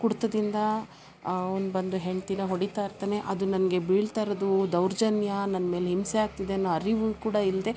ಕುಡಿತದಿಂದ ಅವ್ನು ಬಂದು ಹೆಂಡತೀನ ಹೊಡಿತಾ ಇರ್ತಾನೆ ಅದು ನನಗೆ ಬೀಳ್ತಾ ಇರೋದು ದೌರ್ಜನ್ಯ ನನ್ನ ಮೇಲೆ ಹಿಂಸೆ ಆಗ್ತಿದೆ ಅನ್ನೋ ಅರಿವು ಕೂಡ ಇಲ್ಲದೆ